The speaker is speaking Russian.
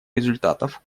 результатов